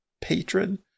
patron